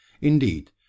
Indeed